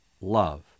love